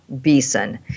Beeson